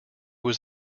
was